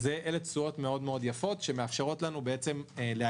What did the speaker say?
אלה תשואות יפות מאוד שמאפשרות לנו להגדיל